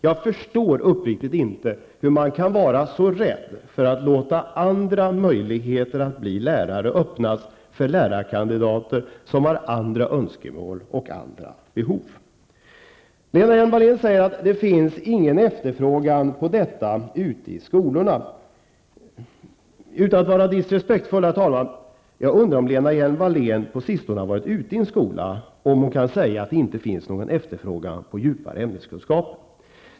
Jag förstår uppriktigt sagt inte hur man kan vara så rädd för att låta andra möjligheter att bli lärare öppnas för lärarkandidater som har andra önskemål och andra behov. Lena Hjelm-Wallén säger att det inte finns någon efterfrågan på detta ute i skolorna. Utan att vara respektlös, herr talman, måste jag säga att jag undrar om Lena Hjelm-Wallén på sistone har varit ute i en skola om hon kan säga att det inte finns någon efterfrågan på djupare ämneskunskaper.